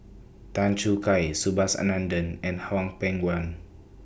Tan Choo Kai Subhas Anandan and Hwang Peng Yuan